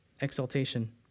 exaltation